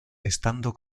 estando